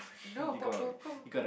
no Poptropica